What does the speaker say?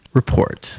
report